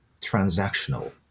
transactional